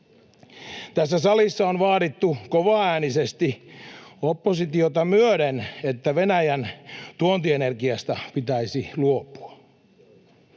Tässä salissa on vaadittu kovaäänisesti oppositiota myöden, että Venäjän tuontienergiasta pitäisi luopua.